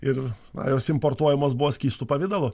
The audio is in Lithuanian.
ir na jos importuojamos buvo skystu pavidalu